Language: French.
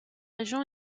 région